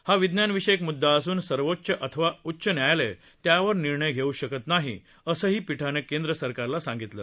हा विज्ञान विषयक मुद्दा असून सर्वोच्च अथवा उच्च न्यायालय त्यावर निर्णय देऊ शकत नाही असंही पीठानं केंद्र सरकारला सांगितलं